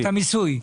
את המיסוי.